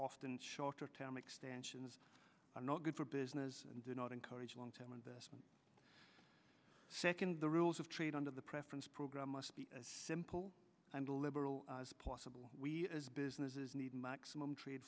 often shorter term expansions are not good for business and do not encourage long term investment second the rules of trade under the preference program must be simple and liberal as possible we as businesses need maximum tr